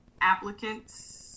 applicants